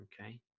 okay